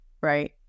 right